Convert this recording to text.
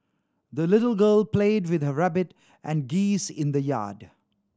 the little girl played with her rabbit and geese in the yard